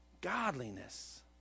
godliness